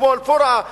כמו אל-פורעה ואחרים,